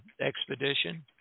expedition